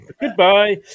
Goodbye